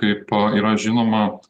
kaip yra žinoma